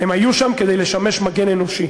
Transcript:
הם היו שם כדי לשמש מגן אנושי.